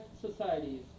societies